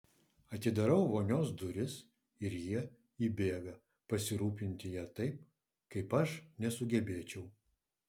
atidarau vonios duris ir jie įbėga pasirūpinti ja taip kaip aš nesugebėčiau